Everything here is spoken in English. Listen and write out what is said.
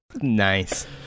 Nice